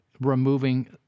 removing